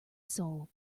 soul